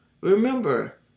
remember